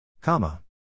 Comma